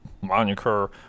moniker